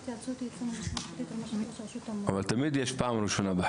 אבל תמיד יש פעם ראשונה.